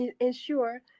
ensure